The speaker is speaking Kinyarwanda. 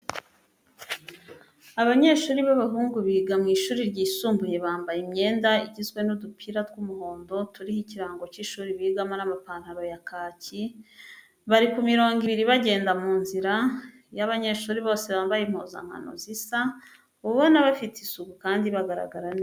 Abanyeshuri b'abahungu biga mu ishuri ryisumbuye bambaye imyenda igizwe n'udupira tw'umuhondo, turiho ikirango cy'ishuri bigamo n'amapantaro ya kaki, bari ku mirongo ibiri bagenda mu nzira, iyo abanyeshuri bose bambaye impuzankano zisa, uba ubona bafite isuku kandi bagaragara neza.